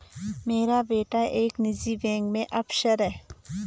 मेरा बेटा एक निजी बैंक में अफसर है